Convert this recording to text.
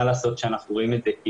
מה לעשות שאנחנו רואים את זה.